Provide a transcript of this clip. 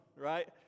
right